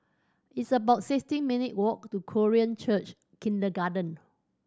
it's about sixteen minute walk to Korean Church Kindergarten